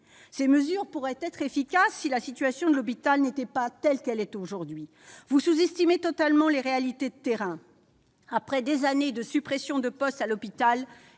Ces mesures pourraient être efficaces si la situation de l'hôpital n'était pas telle qu'elle est aujourd'hui. Vous sous-estimez totalement les réalités de terrain. Après des années de suppression de postes à l'hôpital,